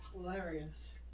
hilarious